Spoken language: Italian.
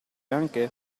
anche